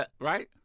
right